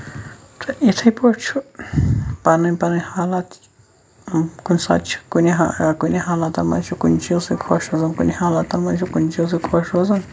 تہٕ یِتھٕے پٲٹھۍ چھُ پَنٕنۍ پَنٕںۍ حالات کُنہِ ساتہٕ چھُ کُنہِ کُنہِ حالاتن منٛز چھِ کُنہِ چیٖزٕ سۭتۍ خۄش روزان کُنہِ حالاتن منٛز چھِ کُنہِ چیٖزٕ خۄش روزان